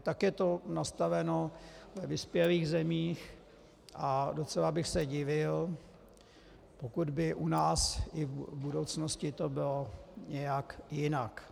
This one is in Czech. Tak je to nastaveno ve vyspělých zemích a docela bych se divil, pokud by u nás i v budoucnosti to bylo nějak jinak.